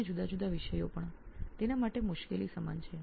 એક નાનું બાળક જે હજુ તો વિષયો અને જીવન વિષે શીખી રહ્યું છે